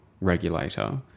regulator